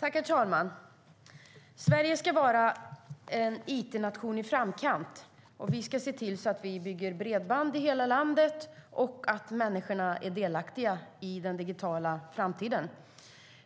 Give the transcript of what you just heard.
Herr talman! Sverige ska vara en it-nation i framkant, och vi ska se till att vi bygger bredband i hela landet och att människorna är delaktiga i den digitala framtiden.